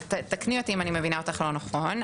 תקני אותי אם אני מבינה אותך לא נכון,